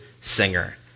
singer